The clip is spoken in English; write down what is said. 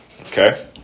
Okay